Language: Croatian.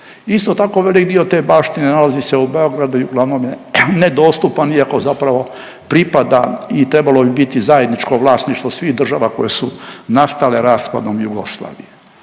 Isto tako velik dio te baštine nalazi se u Beogradu i uglavnom je nedostupan iako zapravo pripada i trebalo bi biti zajedničko vlasništvo svih država koje su nastale raspadom Jugoslavije.